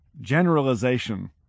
Generalization